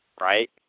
right